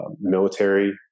military